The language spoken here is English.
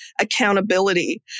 accountability